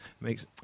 makes